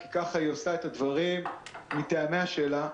כי כך היא עושה את הדברים מטעמיה שלה.